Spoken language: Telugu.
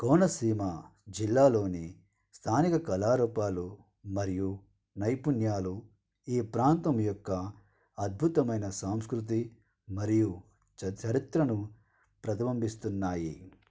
కోనసీమ జిల్లాలోని స్థానిక కళారూపాలు మరియు నైపుణ్యాలు ఈ ప్రాంతం యొక్క అద్భుతమయిన సాంస్కృతి మరియు చ చరిత్రను ప్రతిబంబిస్తునాయి